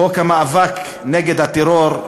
חוק המאבק נגד הטרור,